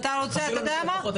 אתה יודע מה?